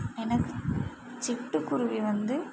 எனக்கு சிட்டுக்குருவி வந்து